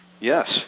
Yes